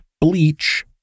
bleach